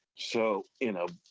so, you know,